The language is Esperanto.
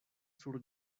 sur